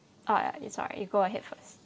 oh ya sorry you go ahead first